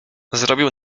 zrobił